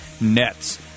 Nets